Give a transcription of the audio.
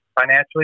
financially